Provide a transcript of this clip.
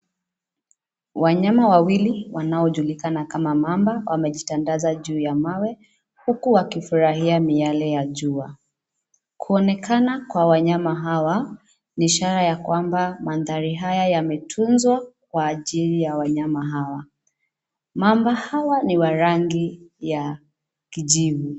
Wanyama wawili wanaojulikana kama mamba, wamejitandaza juu ya mawe huku wakifurahia miale ya jua, kuonekana kwa wanyama hawa ni ishara ya kwamba mandhari haya yametunzwa kwa ajili ya wanyama hawa. Mamba hawa ni wa rangi ya kijivu.